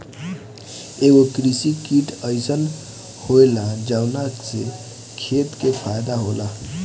एगो कृषि किट अइसन होएला जवना से खेती के फायदा होला